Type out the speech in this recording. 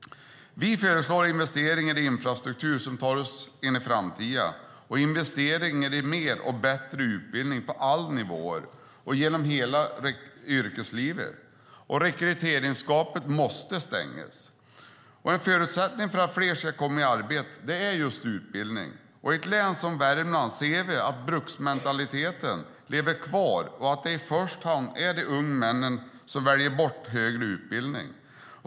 Vi föreslår investeringar i infrastruktur som tar oss in i framtiden och investeringar i mer och bättre utbildning på alla nivåer och genom hela yrkeslivet. Och rekryteringsgapet måste stängas. En förutsättning för att fler ska komma i arbete är just utbildning. I ett län som Värmland ser vi att bruksmentaliteten lever kvar och att det i första hand är de unga männen som väljer bort högre utbildning.